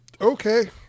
Okay